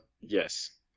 Yes